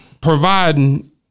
providing